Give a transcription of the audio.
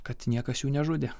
kad niekas jų nežudė